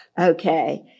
Okay